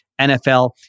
NFL